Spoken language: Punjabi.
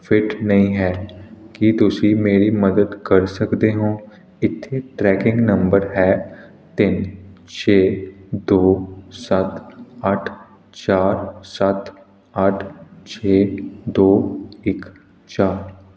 ਫਿੱਟ ਨਹੀਂ ਹੈ ਕੀ ਤੁਸੀਂ ਮੇਰੀ ਮਦਦ ਕਰ ਸਕਦੇ ਹੋ ਇੱਥੇ ਟ੍ਰੈਕਿੰਗ ਨੰਬਰ ਹੈ ਤਿੰਨ ਛੇ ਦੋ ਸੱਤ ਅੱਠ ਚਾਰ ਸੱਤ ਅੱਠ ਛੇ ਦੋ ਇੱਕ ਚਾਰ